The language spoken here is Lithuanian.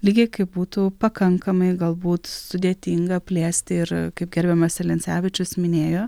lygiai kaip būtų pakankamai galbūt sudėtinga plėsti ir kaip gerbiamas celencevičius minėjo